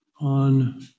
on